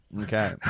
Okay